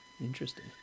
Interesting